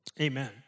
Amen